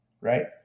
right